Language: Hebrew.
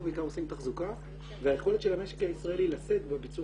אנחנו בעיקר עושים תחזוקה והיכולת של המשק הישראלי לשאת בביצוע